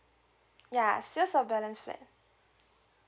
ya sales of balance flat